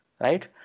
right